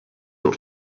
your